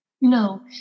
no